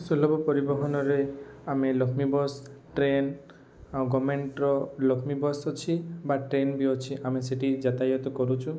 ସୁଲଭ ପରିବହନରେ ଆମେ ଲକ୍ଷ୍ମୀ ବସ୍ ଟ୍ରେନ ଆଉ ଗଭର୍ନମେଣ୍ଟର ଲକ୍ଷ୍ମୀ ବସ୍ ଅଛି ବା ଟ୍ରେନ ବି ଅଛି ଆମେ ସେଠି ଯାତାୟତ କରୁଛୁ